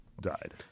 died